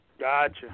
Gotcha